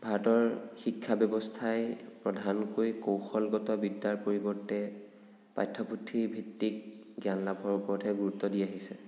ভাৰতৰ শিক্ষা ব্যৱস্থাই প্ৰধানকৈ কৌশলগত বিদ্যাৰ পৰিৱৰ্তে পাঠ্যপুথি ভিত্তিক জ্ঞান লাভৰ ওপৰতহে গুৰুত্ব দি আহিছে